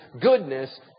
goodness